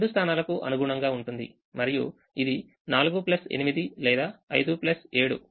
ఈ రెండు స్థానాలకు అనుగుణంగా ఉంటుంది మరియు ఇది 4 8 లేదా 5 7